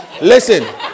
listen